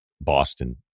Boston